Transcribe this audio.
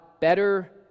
better